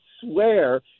swear